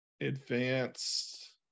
advanced